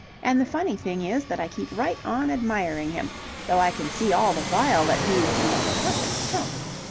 and the funny thing is that i keep right on admiring him though i can see all the while that he's the most perfect chump.